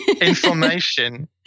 information